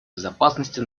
безопасности